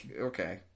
Okay